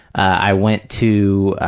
i went to